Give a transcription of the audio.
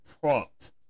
prompt